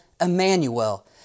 Emmanuel